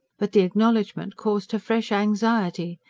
but the acknowledgment caused her fresh anxiety.